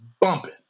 bumping